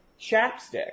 chapstick